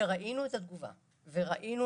כשראינו את התגובה וראינו